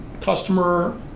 customer